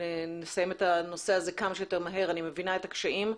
נסיים את הנושא הזה כמה שיותר מהר אני מבינה את הקשיים,